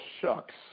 shucks